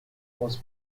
was